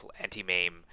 anti-mame